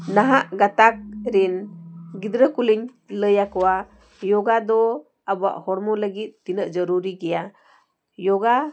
ᱱᱟᱦᱟᱜ ᱜᱟᱛᱟᱠ ᱨᱮᱱ ᱜᱤᱫᱽᱨᱟᱹ ᱠᱚᱞᱤᱧ ᱞᱟᱹᱭ ᱟᱠᱚᱣᱟ ᱭᱳᱜᱟ ᱫᱚ ᱟᱵᱚᱣᱟᱜ ᱦᱚᱲᱢᱚ ᱞᱟᱹᱜᱤᱫ ᱛᱤᱱᱟᱹᱜ ᱡᱟᱹᱨᱩᱨᱤ ᱜᱮᱭᱟ ᱭᱳᱜᱟ